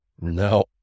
No